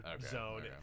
zone